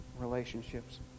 relationships